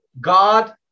God